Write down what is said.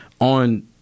on